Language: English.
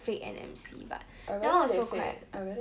fake an mc but now also quite